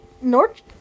North